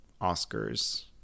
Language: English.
Oscars